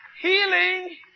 Healing